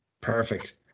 Perfect